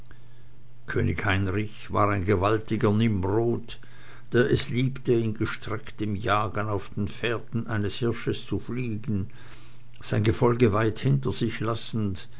könig heinrich war ein gewaltiger nimrod der es liebte in gestrecktem jagen auf den fährten eines hirsches zu fliegen sein gefolge weit hinter sich lassend